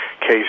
case